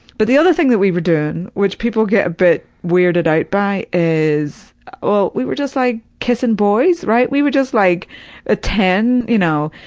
but the other thing that we were doing, which people get a bit weirded out by, is well, we were just like kissin' boys, right, we were just like at ah ten, you know,